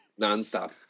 nonstop